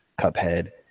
Cuphead